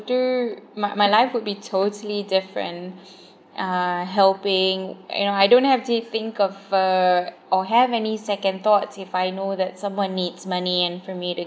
do my my life would be totally different uh helping you know I don't have to think of uh or have any second thoughts if I know that someone needs money and for me to